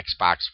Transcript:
Xbox